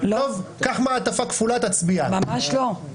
למרות שלכאורה בספר הבוחרים תהיה כתובת אחת.